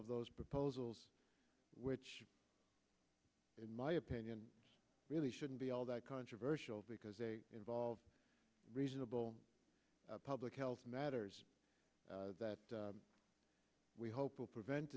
of those proposals which in my opinion really shouldn't be all that controversial because they involve reasonable public health matters that we hope will prevent